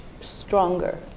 stronger